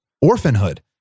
orphanhood